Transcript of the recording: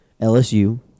LSU